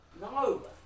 No